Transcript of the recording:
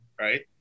right